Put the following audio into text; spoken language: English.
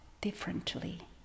differently